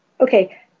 Okay